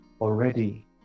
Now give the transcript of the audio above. already